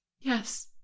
Yes